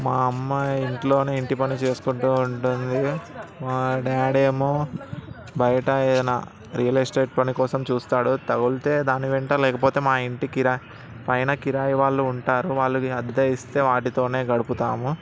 మా అమ్మ ఇంట్లోనే ఇంటి పనులు చేసుకుంటూ ఉంటుంది మా డాడీ ఏమో బయట ఏదన్నా రియల్ ఎస్టేట్ పని కోసం చూస్తాడు తగిలితే దాని వెంట లేకపోతే మా ఇంటి కిరాయి పైన కిరాయి వాళ్ళు ఉంటారు వాళ్ళు అద్దె ఇస్తే వాటి తోనే గడుపుతాము